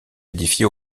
édifié